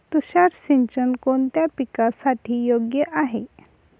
तुषार सिंचन कोणत्या पिकासाठी योग्य आहे?